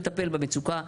לטפל במצוקה,